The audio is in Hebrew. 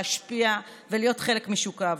להשפיע ולהיות חלק משוק העבודה.